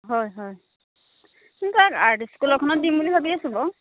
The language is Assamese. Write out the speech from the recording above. হয় হয় তাক আৰ্ট স্কুল এখনত দিম বুলি ভাবি আছো বাৰু